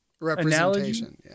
Representation